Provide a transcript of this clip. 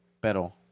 Pero